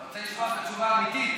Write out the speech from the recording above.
אתה רוצה לשמוע את התשובה האמיתית?